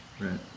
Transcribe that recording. Right